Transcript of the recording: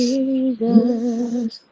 Jesus